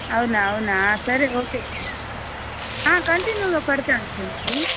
అవునా అవునా సరే ఓకే చంద్రు కంటిన్యూగా పడుతుంది చంద్రు